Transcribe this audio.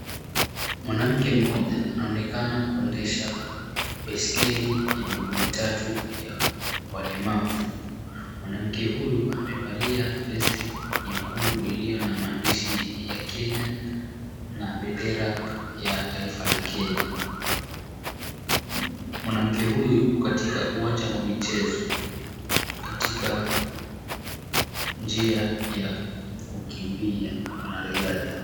Mwanamke mmoja anaonekana kuendesha baiskeli ya miguu mitatu ya walemavu. Mwanamke huyu amevalia vesti nyekundu iliyo na maandishi ya Kenya na bendera ya taifa la Kenya. Mwanamke huyu yupo katika uwanja wa michezo katika njia ya kukimbia wanariadha.